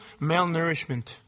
malnourishment